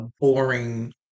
boring